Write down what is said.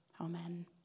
Amen